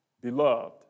Beloved